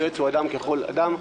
היועץ הוא אדם ככל אדם,